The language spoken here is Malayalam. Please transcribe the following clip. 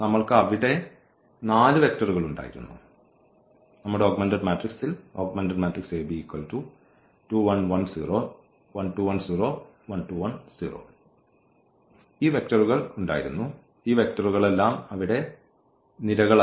നമ്മൾക്ക് അവിടെ നാല് വെക്റ്ററുകളുണ്ടായിരുന്നു നമ്മുടെ ഓഗ്മെന്റഡ് മാട്രിക്സിൽ ഈ വെക്റ്ററുകൾ ഉണ്ടായിരുന്നു ഈ വെക്റ്ററുകളെല്ലാം അവിടെ നിരകളായിരുന്നു